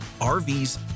RVs